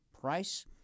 price